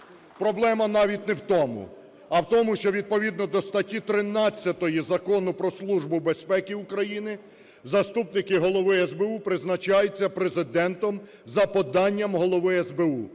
проблема навіть не в тому, а в тому, що, відповідно до статті 13 Закону "Про Службу безпеки України", заступники Голови СБУ призначаються Президентом за поданням Голови СБУ.